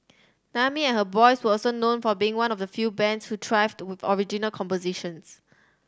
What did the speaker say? Naomi and her boys were also known for being one of the few bands who thrived with original compositions